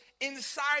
inside